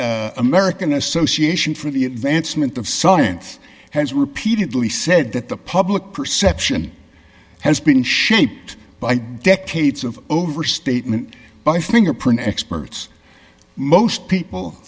the american association for the advancement of science has repeatedly said that the public perception has been shaped by decades of overstatement by fingerprint experts most people